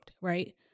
right